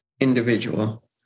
individual